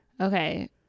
Okay